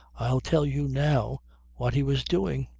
i'll tell you now what he was doing.